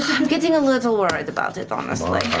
i'm getting a little worried about it, honestly.